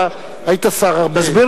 אתה היית שר הרבה זמן.